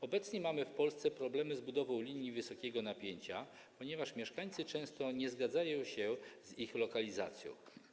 Obecnie mamy w Polsce problemy z budową linii wysokiego napięcia, ponieważ mieszkańcy często nie zgadzają się z ich lokalizacją.